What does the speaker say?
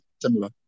similar